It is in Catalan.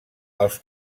els